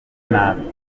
nabi